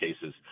cases